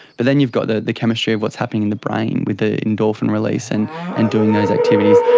but then you've got the the chemistry of what's happening in the brain with the endorphin release and and doing those activities.